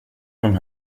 som